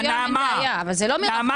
עם אותם